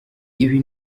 ibi